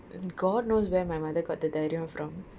god knows where my mother got the தைரியம்:thairiyam from